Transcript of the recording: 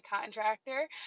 contractor